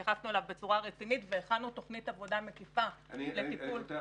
התייחסנו אליו בצורה רצינית והכנו תוכנית עבודה מקיפה לטיפול --- אמר